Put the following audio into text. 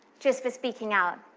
just for speaking out.